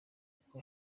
uko